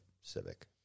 Civic